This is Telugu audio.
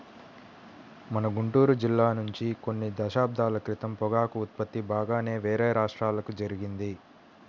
మన గుంటూరు జిల్లా నుంచి కొన్ని దశాబ్దాల క్రితం పొగాకు ఉత్పత్తి బాగానే వేరే రాష్ట్రాలకు జరిగింది